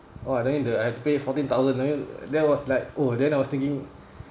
!wah! then the I have to pay fourteen thousand I mean then was like oh then I was thinking